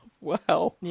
Wow